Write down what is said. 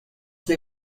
they